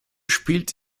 spielt